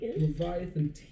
Leviathan